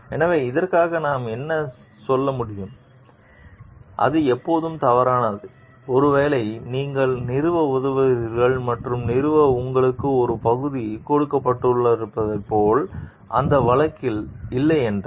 எனவே இதற்காக நாம் என்ன சொல்ல முடியும் அது எப்போதும் தவறானது ஒருவேளை நீங்கள் நிறுவ உதவுகிறீர்கள் மற்றும் நிறுவ உங்களுக்கு ஒரு பகுதி கொடுக்கப்பட்டிருப்பதைப் போல அந்த வழக்கில் இல்லை என்றால்